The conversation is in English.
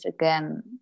again